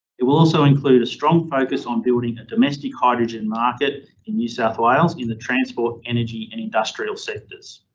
it will also include a strong focus on building a domestic hydrogen market in new south wales in the transport, energy and industrial sectors.